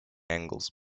angles